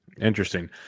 Interesting